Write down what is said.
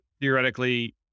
theoretically